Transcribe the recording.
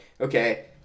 okay